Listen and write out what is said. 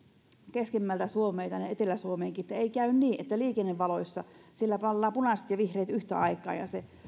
keskemmältä suomea tänne etelä suomeenkin niin toivon ettei käy niin että liikennevaloissa palaa punaiset ja vihreät yhtä aikaa ja se